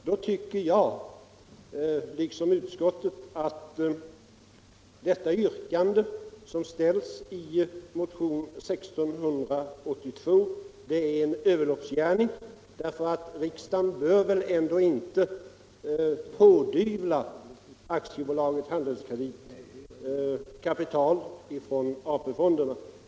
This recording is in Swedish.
Då tycker jag liksom utskottet att det yrkande som framställs i motionen 1682 är en överloppsgärning. Riksdagen bör ändå inte pådyvla AB Handelskredit kapital ifrån AP-fonderna.